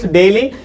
daily